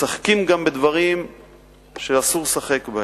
משחקים בדברים שאסור לשחק בהם.